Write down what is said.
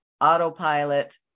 autopilot